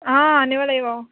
অঁ আনিব লাগিব